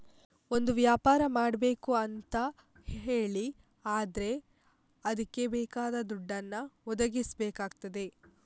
ಒಂದು ವ್ಯಾಪಾರ ಮಾಡ್ಬೇಕು ಅಂತ ಹೇಳಿ ಆದ್ರೆ ಅದ್ಕೆ ಬೇಕಾದ ದುಡ್ಡನ್ನ ಒದಗಿಸಬೇಕಾಗ್ತದೆ